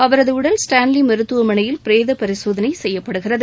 அவரது உடல் ஸ்டான்லி மருத்துவமனையில் பிரேத பரிசோதனை செய்யப்படுகிறது